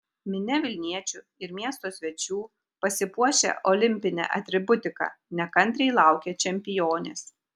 minia vilniečių ir miesto svečių pasipuošę olimpine atributika nekantriai laukė čempionės